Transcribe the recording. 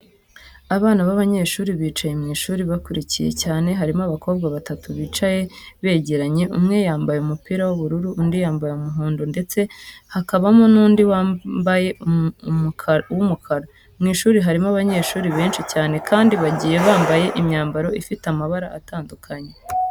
Abana b'abanyeshuri bicaye mu ishuri bakurikiye cyane, harimo abakobwa batatu bicaye begerenye, umwe yambaye umupira w'ubururu, undi yambaye uw'umuhondo ndetse hakabamo n'undi wambaye uw'umukara. Mu ishuri harimo abanyeshuri benshi cyane kandi bagiye bambaye imyambaro ifite amabara atandukanye.